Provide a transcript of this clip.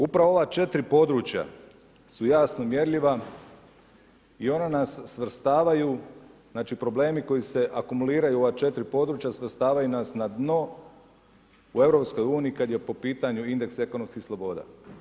Upravo ova 4 područja su jasno mjerljiva i ona nas svrstavaju, znači problemi koji se akumuliraju u ova 4 područja svrstavaju nas na dno u EU-u kad je po pitanju indeks ekonomskih sloboda.